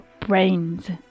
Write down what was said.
brains